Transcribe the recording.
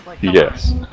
Yes